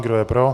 Kdo je pro?